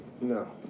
No